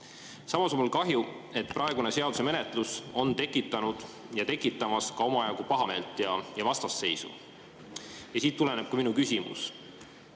Samas on mul kahju, et praegune seaduse menetlus on tekitanud ja veel tekitamas omajagu pahameelt ja vastasseisu. Ja siit tuleneb ka minu küsimus.